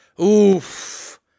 Oof